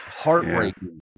Heartbreaking